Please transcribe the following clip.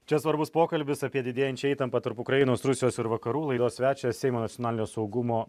čia svarbus pokalbis apie didėjančią įtampą tarp ukrainos rusijos ir vakarų laidos svečias seimo nacionalinio saugumo